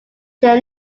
their